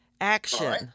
Action